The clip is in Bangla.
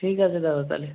ঠিক আছে দাদা তাহলে